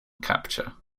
capture